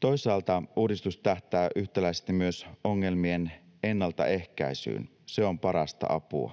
Toisaalta uudistus tähtää yhtäläisesti myös ongelmien ennaltaehkäisyyn. Se on parasta apua.